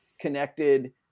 connected